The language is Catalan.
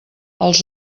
els